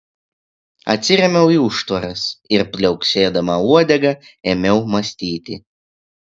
atsirėmiau į užtvaras ir pliaukšėdama uodega ėmiau mąstyti